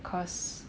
because